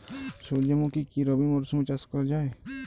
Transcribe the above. সুর্যমুখী কি রবি মরশুমে চাষ করা যায়?